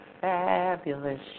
fabulous